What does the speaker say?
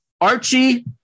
Archie